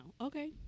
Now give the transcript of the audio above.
Okay